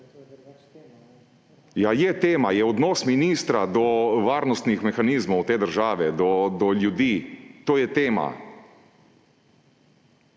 iz dvorane/ Ja, je tema, je odnos ministra do varnostnih mehanizmov te države, do ljudi, to je tema.